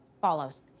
follows